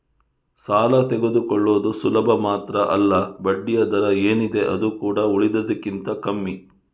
ಸಾಲ ತಕ್ಕೊಳ್ಳುದು ಸುಲಭ ಮಾತ್ರ ಅಲ್ಲ ಬಡ್ಡಿಯ ದರ ಏನಿದೆ ಅದು ಕೂಡಾ ಉಳಿದದಕ್ಕಿಂತ ಕಮ್ಮಿ